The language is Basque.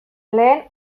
lehen